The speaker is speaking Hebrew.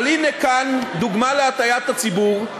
אבל הנה כאן דוגמה להטעיית הציבור.